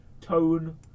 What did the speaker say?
tone